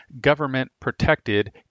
government-protected